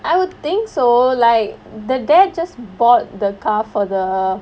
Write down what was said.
I would think so like the dad just bought the car for the